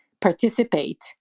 participate